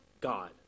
God